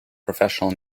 professional